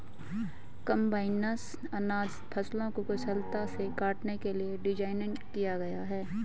combines अनाज फसलों को कुशलता से काटने के लिए डिज़ाइन किया गया है